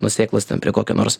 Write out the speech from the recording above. nuo sėklos ten prie kokio nors